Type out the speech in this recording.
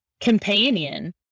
companion